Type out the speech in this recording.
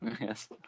Yes